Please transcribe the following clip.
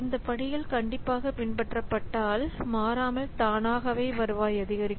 இந்த படிகள் கண்டிப்பாக பின்பற்றப்பட்டால் மாறாமல் தானாகவே வருவாய் அதிகரிக்கும்